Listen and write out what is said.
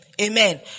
Amen